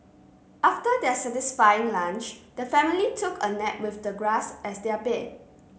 after their satisfying lunch the family took a nap with the grass as their bed